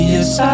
Yes